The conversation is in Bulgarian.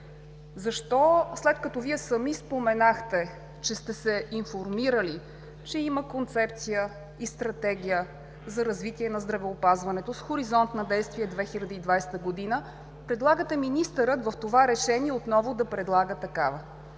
Защо, след като Вие сами споменахте, че сте се информирали, че има концепция и Стратегия за развитие на здравеопазването с хоризонт на действие 2020 г., предлагате в това решение министърът отново да предлага такава?